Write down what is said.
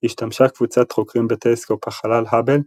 השתמשה קבוצת חוקרים בטלסקופ החלל האבל,